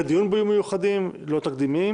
הדיון בו יהיו מיוחדים לא תקדימיים